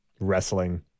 wrestling